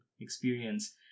experience